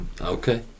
okay